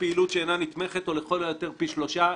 פעילות שאינה נתמכת או לכל היותר פי שלושה".